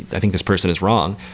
i think this person is wrong.